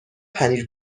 پنیر